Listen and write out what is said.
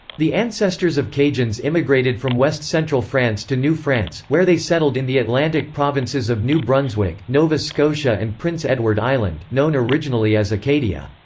the ancestors of cajuns immigrated from west central france to new france, where they settled in the atlantic provinces of new brunswick, nova scotia and prince edward island, known originally as acadia.